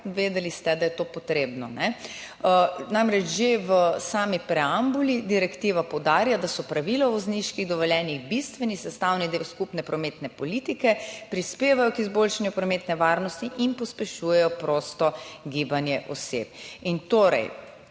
vedeli ste, da je to potrebno. Že v sami preambuli namreč direktiva poudarja, da so pravila o vozniških dovoljenjih bistveni sestavni del skupne prometne politike, prispevajo k izboljšanju prometne varnosti in pospešujejo prosto gibanje oseb. Torej,